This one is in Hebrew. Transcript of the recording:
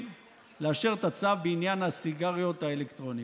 לאשר את הצו בעניין הסיגריות האלקטרוניות.